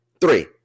Three